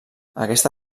aquesta